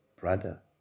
Brother